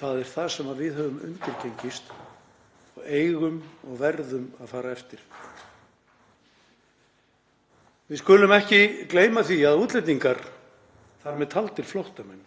Það er það sem við höfum undirgengist og verðum að fara eftir. Við skulum ekki gleyma því að útlendingar, þar með taldir flóttamenn,